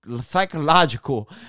psychological